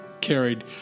Carried